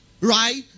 Right